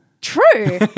True